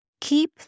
Keep